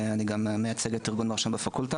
אני גם מאמץ --- בפקולטה.